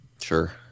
sure